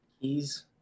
Keys